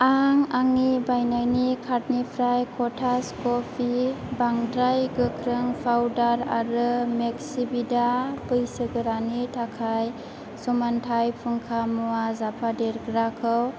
आं आंनि बायनायनि कार्डनिफ्राय खथास कपि बांद्राय गोख्रों फावदारआरो मेक्सिबिदा बैसो गोरानि थाखाय समान्थाइ फुंखा मुवा जाफादेरग्राखौ